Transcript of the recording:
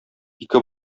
ике